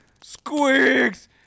Squeaks